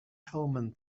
hellman